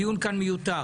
הדיון כאן מיותר.